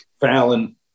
Fallon